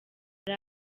hari